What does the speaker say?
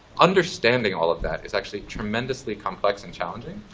understanding all of that is actually tremendously complex and challenging,